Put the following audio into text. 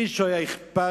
למישהו היה אכפת?